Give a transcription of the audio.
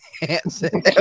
Hansen